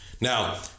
Now